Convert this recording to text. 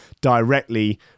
directly